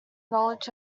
knowledge